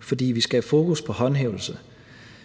For vi skal have fokus på håndhævelse,